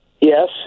Yes